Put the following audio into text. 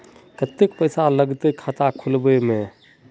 केते पैसा लगते खाता खुलबे में?